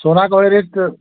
सोना का और एक